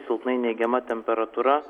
silpnai neigiama temperatūra